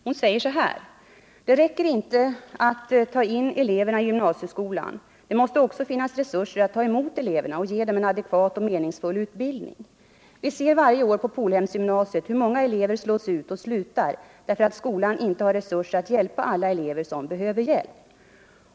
Hon säger bl.a.: ”Det räcker inte att ta in eleverna i gymnasieskolan det måste också finnas resurser att ta emot eleverna och ge dem en adekvat och meningsfull utbildning. Vi ser varje år på Polhemsgymnasiet hur många elever slås ut och slutar därför att skolan inte har resurser att hjälpa alla elever som behöver hjälp.